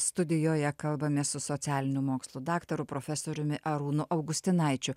studijoje kalbamės su socialinių mokslų daktaru profesoriumi arūnu augustinaičiu